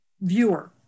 viewer